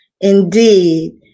Indeed